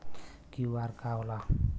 QR का होला?